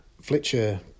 Fletcher